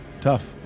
Tough